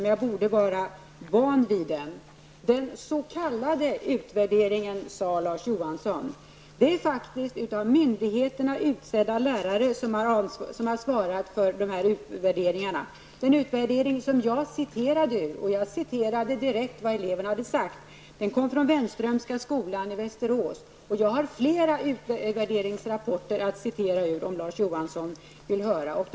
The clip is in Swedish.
''Den s.k. utvärderingen'', sade han. Det är faktiskt av myndigheterna utsedda lärare som har svarat för dessa utvärderingar. Den utvärdering som jag citerade ur -- och jag citerade direkt vad eleverna hade sagt -- kommer från Wenntrömska skolan i Västerås. Jag har flera utvärderingsrapporter att citera ur, om Larz Johansson är intresserad.